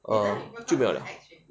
um 就没有了